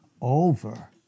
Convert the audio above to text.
over